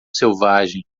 selvagem